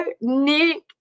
Nick